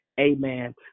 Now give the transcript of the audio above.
Amen